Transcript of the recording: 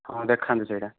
ହଁ ଦେଖାନ୍ତୁ ସେଇଟା